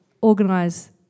organise